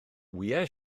wyau